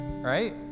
Right